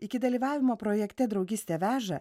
iki dalyvavimo projekte draugystė veža